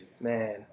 man